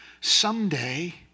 someday